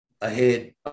ahead